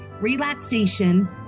relaxation